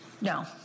No